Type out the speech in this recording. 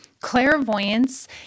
Clairvoyance